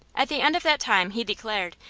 at the end of that time, he declared,